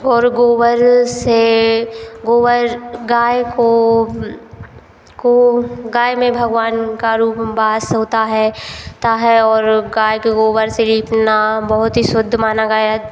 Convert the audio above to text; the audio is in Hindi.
और गोबर से गोबर गाय को को गाय में भगवान का रूप वास होता है होता है और गाय के गोबर से लीपना बहुत ही शुद्ध माना गया है